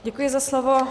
Děkuji za slovo.